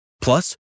Plus